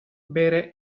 bere